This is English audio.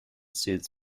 soothes